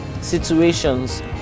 situations